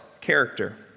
character